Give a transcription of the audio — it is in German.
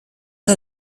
der